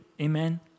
Amen